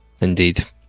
Indeed